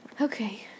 Okay